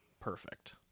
Perfect